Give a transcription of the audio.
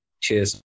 cheers